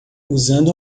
usando